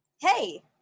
Hey